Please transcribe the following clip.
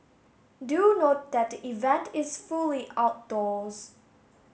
do note that the event is fully outdoors